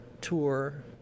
tour